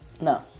No